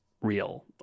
real